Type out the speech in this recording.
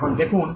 এখন দেখুন